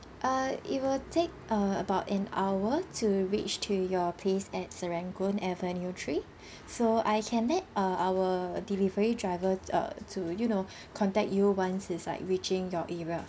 uh it will take uh about an hour to reach to your place at serangoon avenue three so I can let uh our delivery driver uh to you know contact you once he's like reaching your area